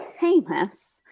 famous